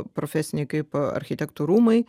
profesiniai kaip architektų rūmai